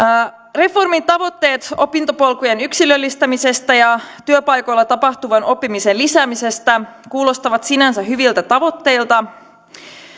reformin tavoitteet opintopolkujen yksilöllistämisestä ja työpaikoilla tapahtuvan oppimisen lisäämisestä kuulostavat sinänsä hyviltä tavoitteilta